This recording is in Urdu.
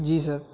جی سر